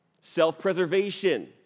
self-preservation